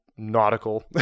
nautical